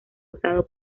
usado